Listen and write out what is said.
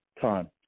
Time